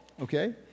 okay